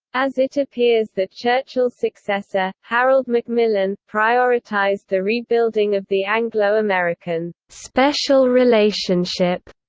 as it appears that churchill's successor, harold macmillan, prioritised the rebuilding of the anglo-american special relationship,